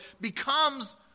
becomes